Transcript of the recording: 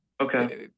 Okay